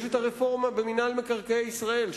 יש הרפורמה במינהל מקרקעי ישראל,